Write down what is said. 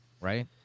right